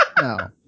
No